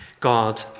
God